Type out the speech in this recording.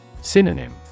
Synonym